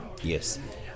Yes